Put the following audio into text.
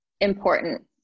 important